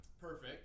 Perfect